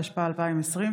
התשפ"א 2020,